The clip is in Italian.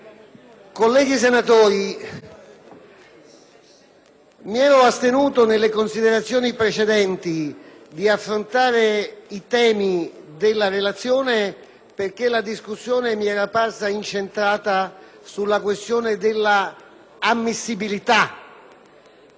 mi ero astenuto nelle considerazioni precedenti dall'affrontare i temi della relazione perché la discussione mi era parsa incentrata sulla questione dell'ammissibilità della proposta del collega Gasparri.